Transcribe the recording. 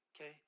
okay